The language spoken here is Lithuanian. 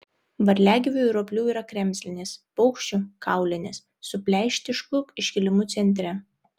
varliagyvių ir roplių yra kremzlinis paukščių kaulinis su pleištišku iškilimu centre